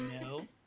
no